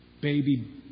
baby